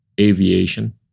aviation